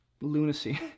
lunacy